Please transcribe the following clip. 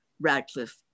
Radcliffe